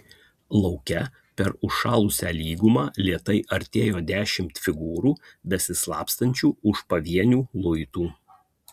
lauke per užšalusią lygumą lėtai artėjo dešimt figūrų besislapstančių už pavienių luitų